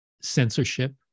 censorship